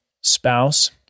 spouse